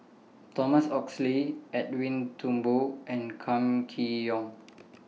Thomas Oxley Edwin Thumboo and Kam Kee Yong